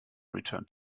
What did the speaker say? returned